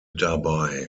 dabei